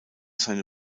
seine